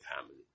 family